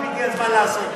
עכשיו הגיע הזמן לעשות.